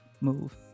move